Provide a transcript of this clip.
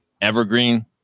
evergreen